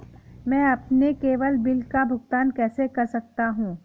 मैं अपने cable bill का भुगतान कैसे कर सकता हूँ?